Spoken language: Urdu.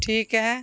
ٹھیک ہے